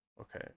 Okay